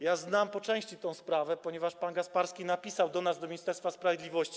Ja znam po części tę sprawę, ponieważ pan Gasparski napisał do nas, do Ministerstwa Sprawiedliwości.